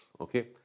okay